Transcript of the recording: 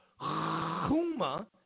Huma